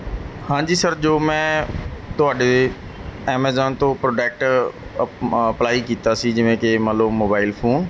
ਹਾਂਜੀ ਸਰ ਜੋ ਮੈਂ ਤੁਹਾਡੇ ਐਮੇਜਾਨ ਤੋਂ ਪ੍ਰੋਡਕਟ ਅਪਲਾਈ ਕੀਤਾ ਸੀ ਜਿਵੇਂ ਕਿ ਮੰਨ ਲਓ ਮੋਬਾਈਲ ਫੋਨ